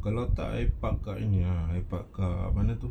kalau tak I park kat apa ah park kat mana tu